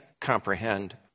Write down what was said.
comprehend